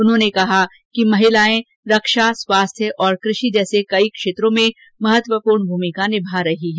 उन्होंने कहा कि महिलाए रक्षा स्वास्थ्य और कृषि जैसे कई क्षेत्रों में महत्वपूर्ण भुमिका निभा रही हैं